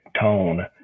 tone